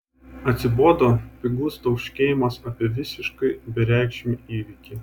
atsibodo pigus tauškėjimas apie visiškai bereikšmį įvykį